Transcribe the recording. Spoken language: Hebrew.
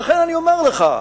ולכן אני אומר לך,